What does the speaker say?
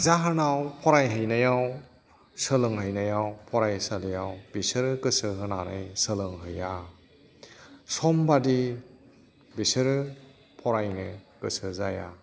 जाहोनाव फरायहैनायाव सोलोंहैनायाव फरायसालिआव बिसोरो गोसो होनानै सोलोंहैया सम बादि बिसोरो फरायनो गोसो जाया